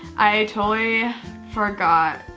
i totally forgot